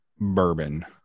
bourbon